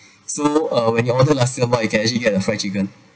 so uh when you order nasi lemak you can actually get a fried children